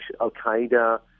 Al-Qaeda